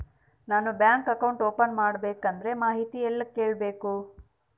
ನಾನು bank account open ಮಾಡಬೇಕಂದ್ರ ಮಾಹಿತಿ ಎಲ್ಲಿ ಕೇಳಬೇಕು?